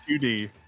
2D